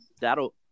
That'll